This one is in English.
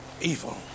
Evil